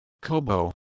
Kobo